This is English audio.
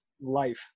life